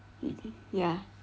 really ya